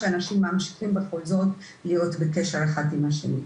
שאנשים ממשיכים בכל זאת להיות בקשר אחד עם השני.